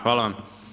Hvala vam.